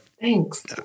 Thanks